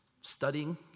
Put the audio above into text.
studying